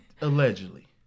Allegedly